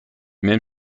même